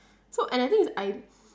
so and the thing is I